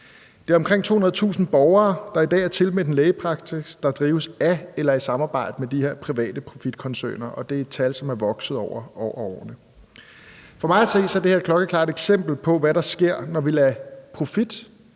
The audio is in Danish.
Det er omkring 200.000 borgere, der i dag er tilmeldt en lægepraksis, der drives af eller i samarbejde med de her private profitkoncerner, og det er et tal, som er vokset over årene. For mig at se er det her et klokkeklart eksempel på, hvad der sker, når vi lader profit